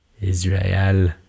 Israel